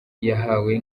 yahawe